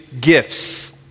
gifts